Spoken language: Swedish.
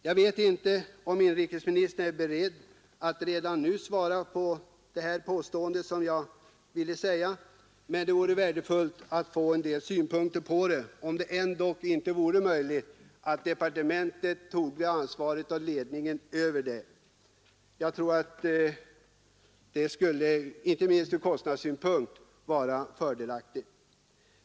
Jag vet inte om inrikesministern är beredd att redan nu bemöta detta mitt påstående, men det vore värdefullt att få en del synpunkter på om det ändå inte vore möjligt att departementet tog ansvaret och ledningen över ett sådant arbete. Jag tror att det — inte minst ur kostnadssynpunkt — skulle vara fördelaktigt.